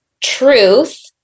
truth